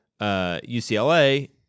UCLA